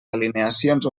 alineacions